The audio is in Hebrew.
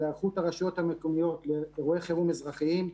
היערכות הרשויות המקומיות לאירועי חירום אזרחיים,